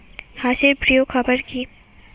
হাঁস এর প্রিয় খাবার কি?